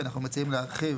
אנחנו מציעים להרחיב